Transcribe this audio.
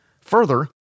Further